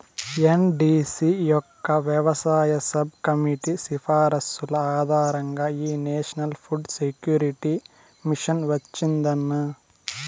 NDC యొక్క వ్యవసాయ subcommittee సిఫార్సుల ఆధారంగా ఈ నేషనల్ ఫుడ్ సెక్యూరిటీ మిషన్ వచ్చిందన్న